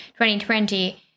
2020